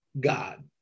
God